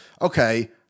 okay